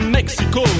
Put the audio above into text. Mexico